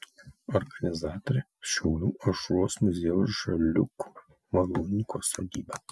organizatorė šiaulių aušros muziejaus žaliūkių malūnininko sodyba